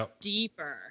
deeper